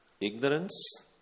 ignorance